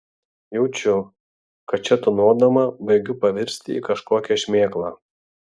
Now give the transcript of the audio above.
jaučiu kad čia tūnodama baigiu pavirsti į kažkokią šmėklą